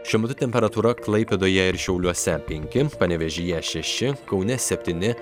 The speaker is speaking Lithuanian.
šiuo metu temperatūra klaipėdoje ir šiauliuose penki panevėžyje šeši kaune septyni